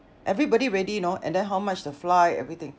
everybody ready you know and then how much the flight everything